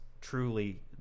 truly